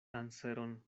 anseron